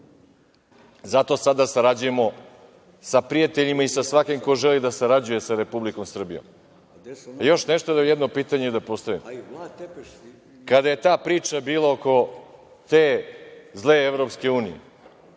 Zato sada sarađujemo sa prijateljima i sa svakim ko želi da sarađuje sa Republikom Srbijom. Još nešto. Jedno pitanje da postavim. Kada je ta priča bila oko te zle EU, pa kao